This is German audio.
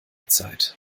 zeit